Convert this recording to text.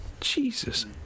Jesus